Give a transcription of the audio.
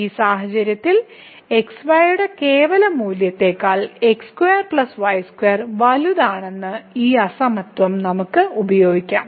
ഈ സാഹചര്യത്തിൽ xy യുടെ കേവല മൂല്യത്തേക്കാൾ x2 y2 വലുതാണെന്ന് ഈ അസമത്വം നമുക്ക് ഉപയോഗിക്കാം